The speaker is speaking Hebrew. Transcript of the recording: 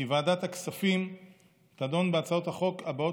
כי ועדת הכספים תדון בהצעות החוק הבאות